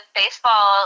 baseball